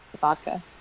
vodka